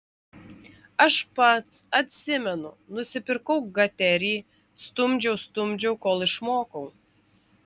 aš pats atsimenu nusipirkau gaterį stumdžiau stumdžiau kol išmokau